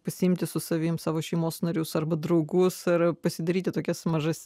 pasiimti su savimi savo šeimos narius arba draugus ar pasidaryti tokias mažas